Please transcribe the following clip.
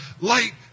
light